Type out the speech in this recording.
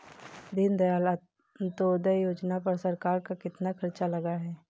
दीनदयाल अंत्योदय योजना पर सरकार का कितना खर्चा लगा है?